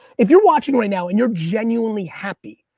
if you're watching right now and you're genuinely happy,